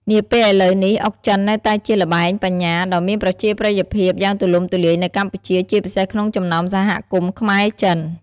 នាពេលឥឡូវនេះ អុកចិននៅតែជាល្បែងបញ្ញាដ៏មានប្រជាប្រិយភាពយ៉ាងទូលំទូលាយនៅកម្ពុជា ជាពិសេសក្នុងចំណោមសហគមន៍ខ្មែរ-ចិន។